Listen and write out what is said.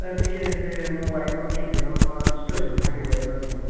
sir ଟିକେ ସେ ମୋ ୱାଇଫ୍ ଙ୍କ ଟିକିଏ ଦେହ ଖରାପ ଅଛି ତ ସେଇଥିପାଇଁ ଟିକିଏ ଯାଇପାରୁନି ଆଉ